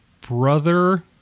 brother